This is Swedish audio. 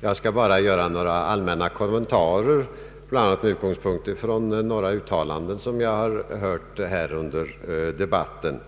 jag skall bara göra några allmänna kommentarer, bl.a. med utgångspunkt i några uttalanden som jag hört här under debatten.